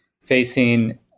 facing